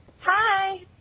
Hi